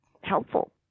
helpful